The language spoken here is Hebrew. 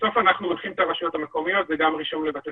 בסוף אנחנו לוקחים את הרשויות מקומיות וגם לרישום לבתי